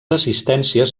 assistències